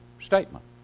statement